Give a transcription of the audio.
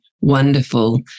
wonderful